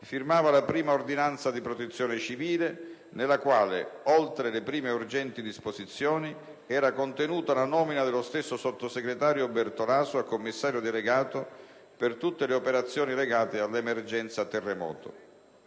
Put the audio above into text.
firmava la prima ordinanza di protezione civile nella quale, oltre alle prime urgenti disposizioni, era contenuta la nomina dello stesso sottosegretario Bertolaso a commissario delegato per tutte le operazioni legate all'emergenza terremoto.